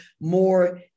more